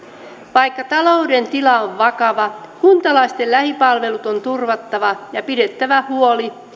vaikka talouden tila on vakava kuntalaisten lähipalvelut on turvattava ja pidettävä huoli